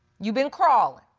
you've been crawling.